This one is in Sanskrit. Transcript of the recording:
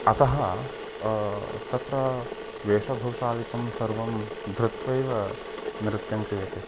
अतः तत्र वेशभूषादिकं सर्वं धृत्वैव नृत्यं क्रियते